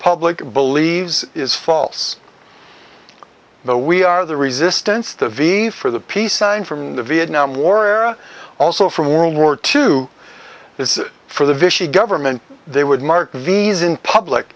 public believes is false we are the resistance to v for the peace sign from the vietnam war era also from world war two this is for the vishy government they would mark vi's in public